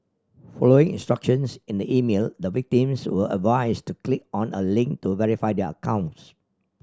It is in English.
following instructions in the email the victims were advised to click on a link to verify their accounts